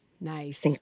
Nice